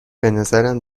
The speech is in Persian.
بنظرم